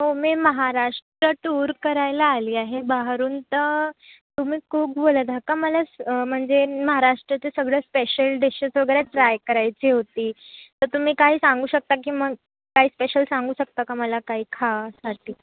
हो मी महाराष्ट्र टूर करायला आली आहे बाहेरून तर तुम्ही कुक बोलत आहा का मला सं म्हणजे महाराष्ट्राचे सगळे स्पेशल डिशेश वगैरे ट्राय करायचे होती तर तुम्ही काय सांगू शकता की मग काय स्पेशल सांगू शकता का मला काही खाण्यासाठी